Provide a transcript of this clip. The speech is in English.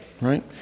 right